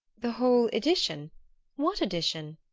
the whole edition what edition?